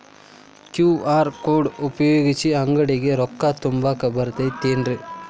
QR code ಉಪಯೋಗಿಸಿ, ಅಂಗಡಿಗೆ ರೊಕ್ಕಾ ತುಂಬಾಕ್ ಬರತೈತೇನ್ರೇ?